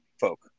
folk